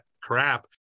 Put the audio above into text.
crap